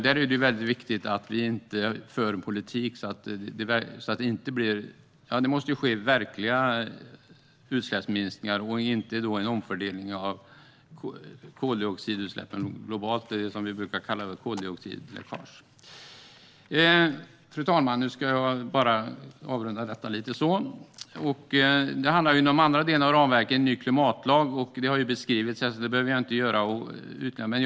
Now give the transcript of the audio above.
Där är det väldigt viktigt vilken politik vi för. Det måste ske verkliga utsläppsminskningar och inte en omfördelning av koldioxidutsläppen globalt, något som vi brukar kalla koldioxidläckage. Fru talman! Jag ska avrunda mitt anförande. De andra delarna av ramverket handlar om en ny klimatlag. Det har beskrivits här, så det behöver jag inte göra ytterligare.